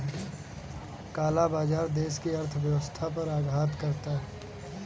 काला बाजार देश की अर्थव्यवस्था पर आघात करता है